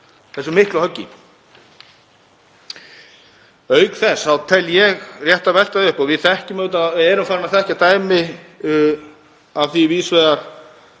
þessu miklu höggi.